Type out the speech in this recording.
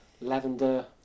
lavender